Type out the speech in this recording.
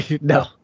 No